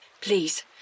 Please